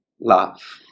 love